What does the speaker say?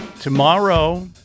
tomorrow